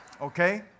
okay